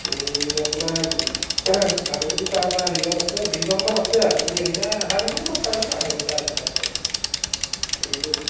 এই আপোনাৰ ভাগৱতী ছাৰ এটা হেৰিয়ত আছে বিছজনমান আছে আপুনি আহিলে আধা ঘণ্টামানত পাই যাব আধাঘণ্টা এঘণ্টাৰ ভিতৰত এইটো